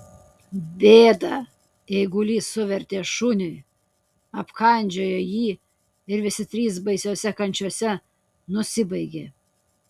bėdą eigulys suvertė šuniui apkandžiojo jį ir visi trys baisiose kančiose nusibaigė